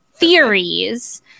theories